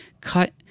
cut